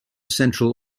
central